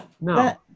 no